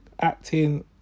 Acting